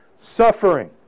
suffering